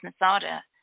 Masada